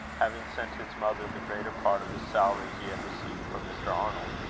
having sent his mother the greater part of the salary he had received from mr. arnold,